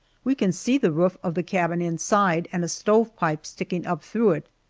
we can see the roof of the cabin inside, and a stovepipe sticking up through it.